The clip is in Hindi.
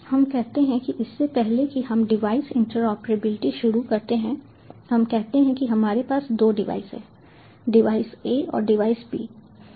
हम कहते हैं कि इससे पहले कि हम डिवाइस इंटरऑपरेबिलिटी शुरू करते हैं हम कहते हैं कि हमारे पास दो डिवाइस हैं डिवाइस A और डिवाइस B